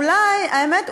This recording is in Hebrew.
האמת,